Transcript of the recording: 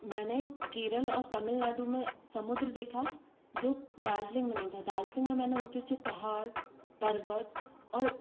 मैंने केरल और तमिलनाडु में समुद्र देखा जो दार्जिलिंग में नहीं था दार्जिलिंग में मैंने ऊँचे ऊँचे पहाड़ पर्वत और